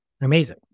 Amazing